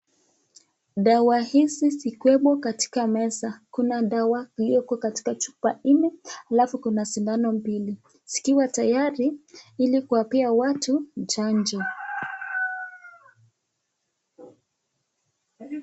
Dawa hizi zikiwemo katika meza. Kuna dawa iliyoko katika chupa hii alafu kuna sindano mbili, zikiwa tayari ili kuwapea watu chanjo.